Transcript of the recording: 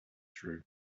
through